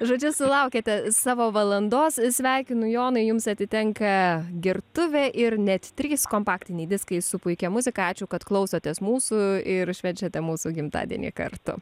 žodžiu sulaukėte savo valandos sveikinu jonai jums atitenka gertuvė ir net trys kompaktiniai diskai su puikia muzika ačiū kad klausotės mūsų ir švenčiate mūsų gimtadienį kartu